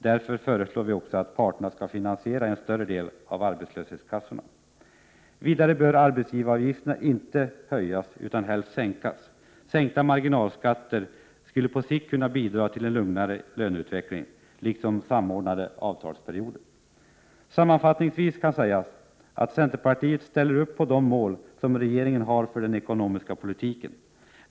Därför föreslår vi också att parterna skall finansiera en större del av arbetslöshetskassorna. Vidare bör arbetsgivaravgifterna inte höjas utan helst sänkas. Sänkta marginalskatter skulle på sikt kunna bidra till en lugnare löneutveckling, liksom samordnade avtalsperioder. Sammanfattningsvis kan sägas att centerpartiet ställer upp på de mål som regeringen har för den ekonomiska politiken.